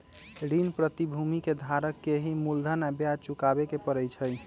ऋण प्रतिभूति के धारक के ही मूलधन आ ब्याज चुकावे के परई छई